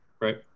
Right